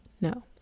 no